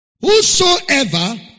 Whosoever